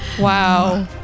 Wow